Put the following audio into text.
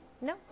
no